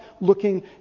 looking